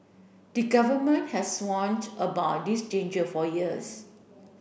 the Government has warned about this danger for years